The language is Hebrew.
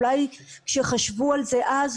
אולי כשחשבו על זה אז,